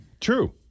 True